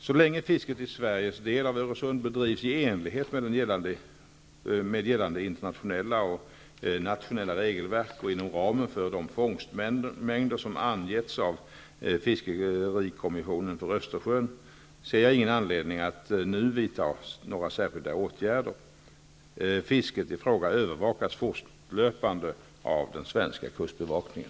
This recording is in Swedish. Så länge fisket i Sveriges del av Öresund bedrivs i enlighet med gällande internationella och nationella regelverk och inom ramen för de fångstmängder som angetts av Fiskerikommissionen för Östersjön, ser jag ingen anledning att nu vidta några särskilda åtgärder. Fisket i fråga övervakas fortlöpande av den svenska kustbevakningen.